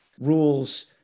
rules